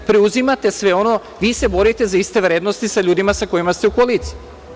Preuzimate sve ono, vi se borite za iste vrednosti sa ljudima sa kojima ste u koaliciji.